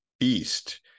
east